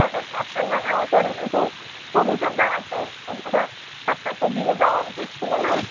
তাহলে আপনার নামে আমাকে কিন্তু অভিযোগ জানাতে হচ্ছে দাদা আপনার তো দিয়ে যাওয়া উচিত ছিল না